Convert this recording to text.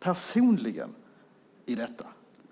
personligen i detta!